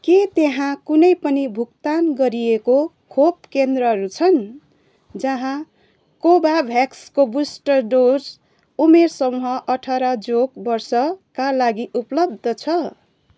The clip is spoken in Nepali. के त्यहाँ कुनै पनि भुक्तान गरिएको खोप केन्द्रहरू छन् जहाँ कोभाभ्याक्सको बुस्टर डोज उमेर समूह अठार जोग वर्षका लागि उपलब्ध छ